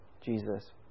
Jesus